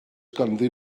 ganddyn